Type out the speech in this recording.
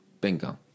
bingo